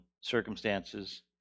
circumstances